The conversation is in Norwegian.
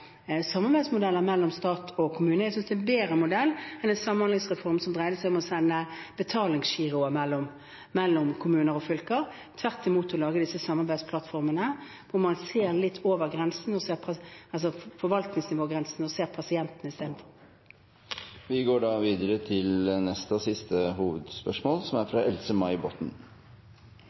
samarbeidsmodeller mellom stat og kommune. Jeg synes det er en bedre modell enn en samhandlingsreform som dreide seg å sende betalingsgiroer mellom kommuner og fylker, at man tvert imot lager disse samarbeidsplattformene hvor man ser litt over forvaltningsnivågrensen og ser pasienten isteden. Vi går videre til neste, og siste, hovedspørsmål. Vi ser nå en dramatisk situasjon knyttet til leverandørindustrien. Hardest rammet så langt er